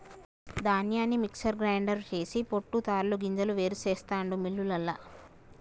ధాన్యాన్ని mixer grinder చేసి పొట్టు తాలు గింజలు వేరు చెస్తాండు మిల్లులల్ల